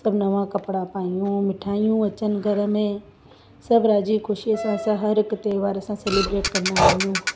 सभु नवां कपिड़ा पायूं मिठायूं अचनि घर में सभु राज़ी ख़ुशीअ सां असां हर हिक त्योहार असां सैलिब्रेट कंदा आहियूं